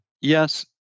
yes